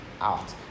out